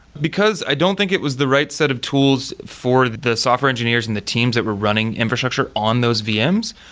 because, i don't think it was the right set of tools for the the software engineers and the teams that were running infrastructure on those vms.